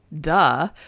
duh